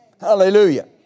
Hallelujah